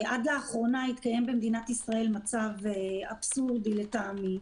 עד לאחרונה התקיים במדינת ישראל מצב אבסורדי לטעמי,